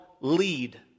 Lead